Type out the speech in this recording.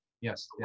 Yes